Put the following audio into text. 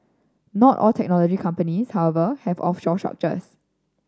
not all technology companies however have offshore structures